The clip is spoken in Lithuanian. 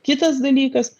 kitas dalykas